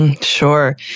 Sure